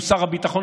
שהוא שר הביטחון,